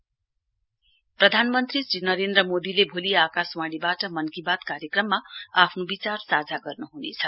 पि M Mann Ki Baat प्रदानमन्त्री श्री नरेन्द्र मोदीले भोलि आकाशवाणीबाट मन की बात कार्यक्रममा आफ्नो विचार साझा गर्नहुनेछ